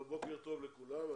בוקר טוב לכולם.